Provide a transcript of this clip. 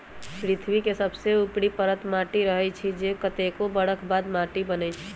पृथ्वी के सबसे ऊपरी परत माटी रहै छइ जे कतेको बरख बाद माटि बनै छइ